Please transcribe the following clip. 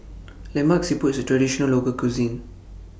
Lemak Siput IS A Traditional Local Cuisine